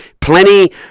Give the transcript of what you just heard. Plenty